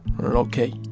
Okay